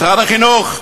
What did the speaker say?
משרד החינוך.